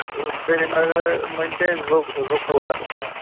سریٖنگرٕ منٛز چھِ أسۍ زٕ زُکوٗراہَس منٛز